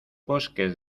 bosques